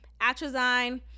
Atrazine